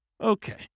Okay